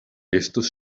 estos